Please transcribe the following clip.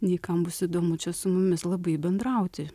nei kam bus įdomu čia su mumis labai bendrauti